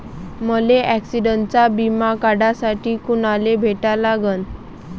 मले ॲक्सिडंटचा बिमा काढासाठी कुनाले भेटा लागन?